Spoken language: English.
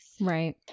right